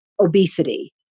obesity